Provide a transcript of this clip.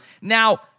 Now